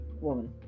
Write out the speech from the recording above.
woman